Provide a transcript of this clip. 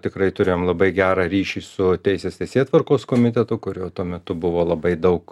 tikrai turėjom labai gerą ryšį su teisės teisėtvarkos komitetu kurio tuo metu buvo labai daug